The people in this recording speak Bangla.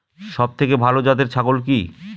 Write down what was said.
সবথেকে ভালো জাতের ছাগল কি?